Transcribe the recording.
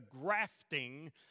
grafting